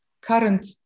current